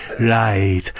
Right